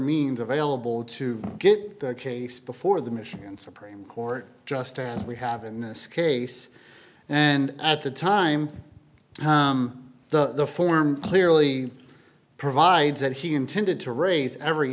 means available to get the case before the michigan supreme court just as we have in this case and at the time the form clearly provides that he intended to raise every